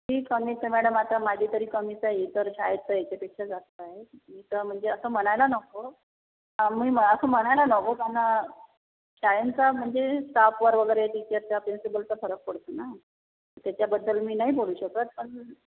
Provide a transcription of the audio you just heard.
fee कमीच आहे madam आता माझी तरी कमीच आहे इतर शाळेत तर याच्यापेक्षा जास्त आहे इथं म्हणजे असं म्हणायला नको हा मी असं म्हणायला नको पण शाळेचा म्हणजे स्टाफवर वगैरे टीचरचा प्रिंसिपलचा फरक पडतो ना त्याच्याबद्दल मी नाही बोलू शकत पण